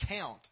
count